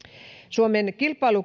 suomen